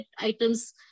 items